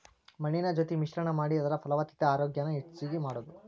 ಮಣ್ಣಿನ ಜೊತಿ ಮಿಶ್ರಣಾ ಮಾಡಿ ಅದರ ಫಲವತ್ತತೆ ಆರೋಗ್ಯಾನ ಹೆಚಗಿ ಮಾಡುದು